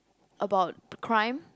about crime